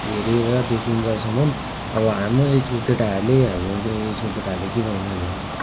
हेरे र देखिन्जेलसम्म अब हाम्रो एजको केटाहरूले हाम्रो एजको केटाहरूले के पो भन्छ भनेपछि त